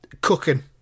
cooking